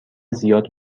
زیاد